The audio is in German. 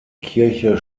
kirche